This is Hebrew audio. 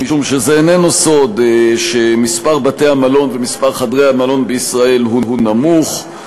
משום שזה איננו סוד שמספר בתי-המלון ומספר חדרי המלון בישראל הם נמוכים,